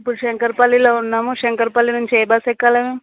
ఇప్పుడు శంకరపల్లిలో ఉన్నాము శంకరపల్లి నుంచి ఏ బస్సు ఎక్కాలి మేము